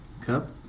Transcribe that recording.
Cup